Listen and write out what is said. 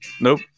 Nope